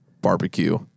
barbecue